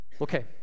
Okay